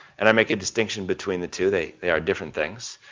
and i make a distinction between the two, they they are different things.